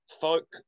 Folk